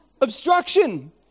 Obstruction